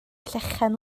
llechen